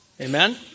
Amen